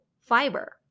fiber